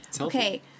okay